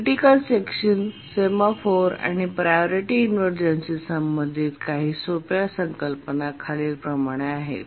critical section semaphores आणि priority इनव्हर्जनशी संबंधित काही सोप्या संकल्पना खालीलप्रमाणे आहेत